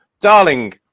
darling